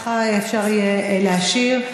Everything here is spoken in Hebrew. וככה אפשר יהיה להשאיר.